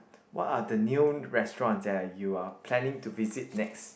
what are the new restaurants that you are planning to visit next